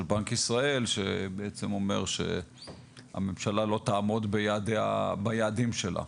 של בנק ישראל שבעצם אומר שהממשלה לא תעמוד ביעדים שלה.